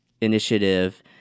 initiative